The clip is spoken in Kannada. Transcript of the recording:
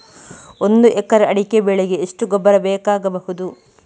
ಒಂದು ಎಕರೆ ಅಡಿಕೆ ಬೆಳೆಗೆ ಎಷ್ಟು ಗೊಬ್ಬರ ಬೇಕಾಗಬಹುದು?